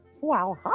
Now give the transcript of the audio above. Wow